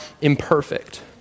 imperfect